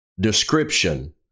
description